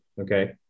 okay